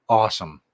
awesome